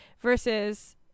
versus